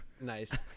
Nice